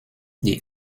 die